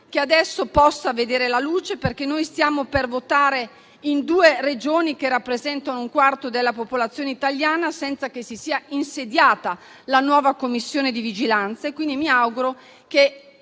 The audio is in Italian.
Commissione possa vedere la luce, perché stiamo per votare in due Regioni, che rappresentano un quarto della popolazione italiana, senza che si sia insediata la nuova Commissione di vigilanza e quindi mi auguro che,